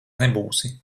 nebūsi